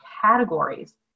categories